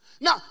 Now